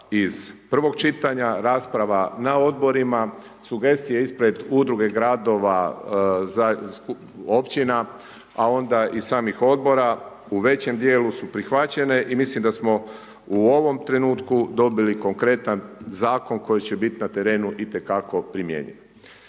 iz prvog čitanja, rasprava na odborima, sugestije ispred udruge gradova, općina a onda i samih odbora u većem dijelu su prihvaćene i mislim da smo u ovom trenutku dobili konkretan zakon koji će biti na terenu i te kako primjenjiv.